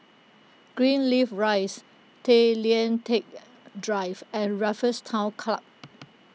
Greenleaf Rise Tay Lian Teck Drive and Raffles Town Club